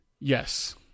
Yes